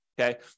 Okay